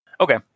Okay